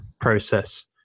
process